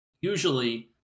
Usually